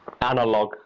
analog